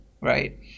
right